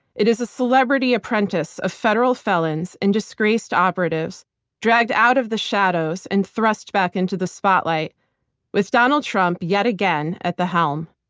it is a celebrity apprentice of federal felons and disgraced operatives dragged out of the shadows and thrust back into the spotlight with donald trump yet again at the helm.